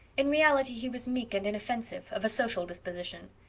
in reality he was meek and inoffensive, of a sociable disposition.